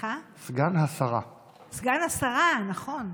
סגן השרה, נכון.